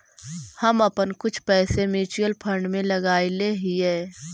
हम अपन कुछ पैसे म्यूचुअल फंड में लगायले हियई